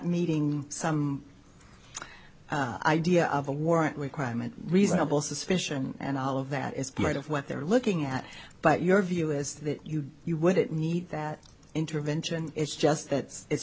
meeting some idea of a warrant requirement reasonable suspicion and all of that is part of what they're looking at but your view is that you wouldn't need that intervention it's just that it's